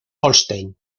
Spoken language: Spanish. holstein